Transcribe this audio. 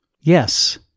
Yes